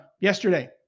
yesterday